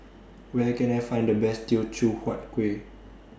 Where Can I Find The Best Teochew Huat Kuih